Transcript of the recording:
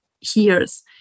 hears